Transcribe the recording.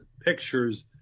pictures